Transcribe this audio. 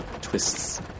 twists